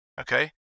Okay